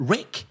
Rick